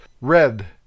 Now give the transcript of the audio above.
red